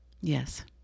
Yes